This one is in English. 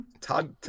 Todd